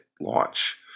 launch